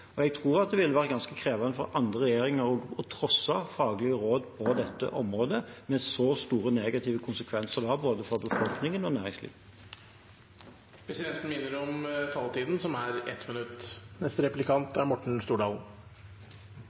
Jeg tror det ville være ganske krevende også for andre regjeringer å trosse faglige råd på dette området, med så store negative konsekvenser som det har både for befolkningen og for næringslivet. Presidenten minner om taletiden, som er 1 minutt.